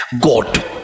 God